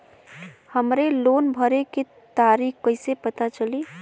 हमरे लोन भरे के तारीख कईसे पता चली?